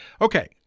Okay